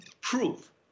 proof